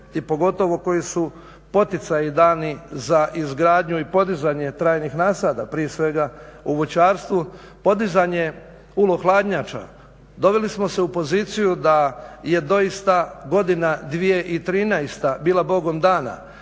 i pogotovo koji su poticaji dani za izgradnju i podizanje trajnih nasada prije svega u voćarstvu, podizanje ulohladnjača doveli smo se u poziciju da je doista godina 2013. bila Bogom dana,